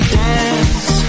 dance